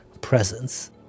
presence